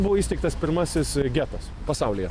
buvo įsteigtas pirmasis getas pasaulyje